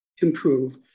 improve